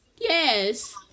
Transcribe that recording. yes